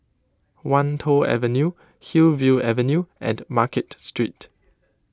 Wan Tho Avenue Hillview Avenue and Market Street